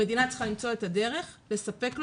המדינה צריכה למצוא את הדרך לספק לו